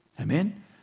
Amen